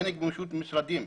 אין גמישות ממשרדים.